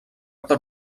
per